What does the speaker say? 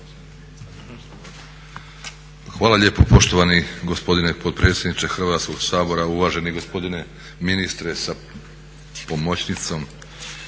Hvala lijepo poštovani gospodine potpredsjedniče Hrvatskoga sabora, uvaženi gospodine ministre sa pomoćnicom,